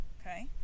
okay